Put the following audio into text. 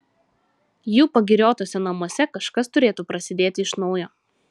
jų pagiriotuose namuose kažkas turėtų prasidėti iš naujo